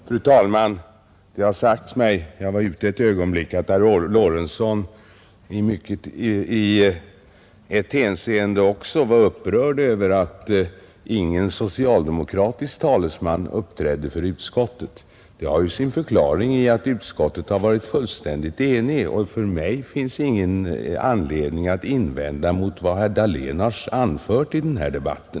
Fru talman! Det har sagts mig — jag var ute ett ögonblick — att herr Lorentzon i ett hänseende också var upprörd över att ingen socialdemokratisk talesman uppträdde för utskottet. Det har sin förklaring i att utskottet har varit fullständigt enigt, och för mig finns det ingen anledning att invända mot vad herr Dahlén har anfört i denna debatt.